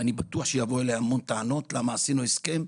אני בטוח שיהיו המון טענות למה עשינו את ההסכם.